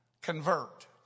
convert